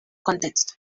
contexto